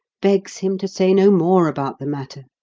begs him to say no more about the matter,